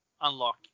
unlock